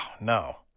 no